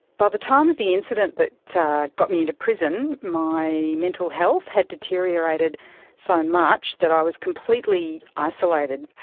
by the time of the incident that got me into prison, my mental health had deteriorated so much that i was completely isolated.